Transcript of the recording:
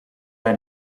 bij